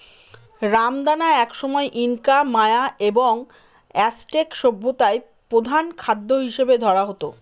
রামদানা একসময় Inca, Maya এবং অ্যাজটেক সভ্যতায় প্রধান খাদ্য হিসাবে ধরা হত